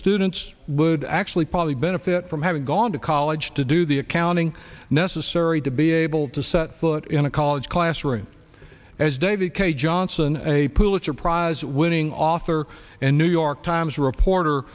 students would actually probably benefit from having gone to college to do the accounting necessary to be able to set foot in a college classroom as david k johnson a pulitzer prize winning author and new york times reporter